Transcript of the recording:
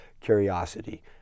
curiosity